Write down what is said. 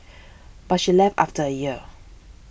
but she left after a year